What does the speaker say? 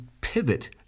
pivot